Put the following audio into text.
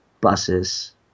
buses